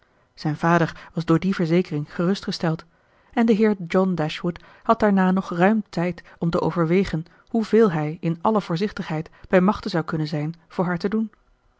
zijn vader was door die verzekering gerustgesteld en de heer john dashwood had daarna nog ruim tijd om te overwegen hoe veel hij in alle voorzichtigheid bij machte zou kunnen zijn voor haar te doen